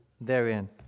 therein